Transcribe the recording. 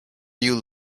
you